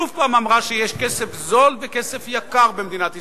שוב אמרה שיש כסף זול וכסף יקר במדינת ישראל.